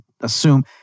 assume